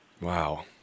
Wow